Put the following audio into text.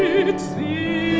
it's the